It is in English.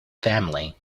family